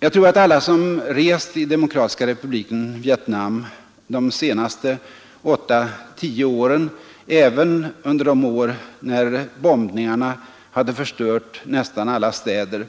Jag tror att alla som rest i Demokratiska republiken Vietnam de senaste åtta tio åren, även under de år när bombningarna hade förstört nästan alla städer,